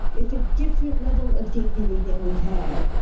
it's a different level of dignity than we've had.